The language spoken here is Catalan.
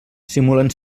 simulen